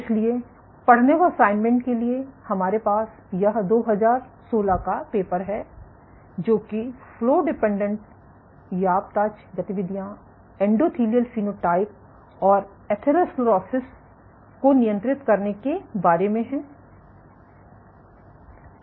इसलिए पढ़ने व असाइनमेंट के लिए हमारे पास यह 2016 का पेपर है जो कि फ्लो डिपेंडेंट याप ताज गतिविधियां एंडोथेलियल फेनोटाइप और एथेरोस्क्लेरोसिस को नियंत्रित करने के बारे में हैं